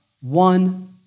one